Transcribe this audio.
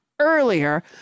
earlier